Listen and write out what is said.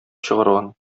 чыгарган